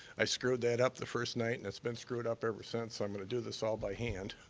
i screwed that up the first night and it's been screwed up ever since, so i'm gonna do this all by hand.